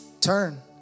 Turn